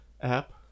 app